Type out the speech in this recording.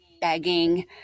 begging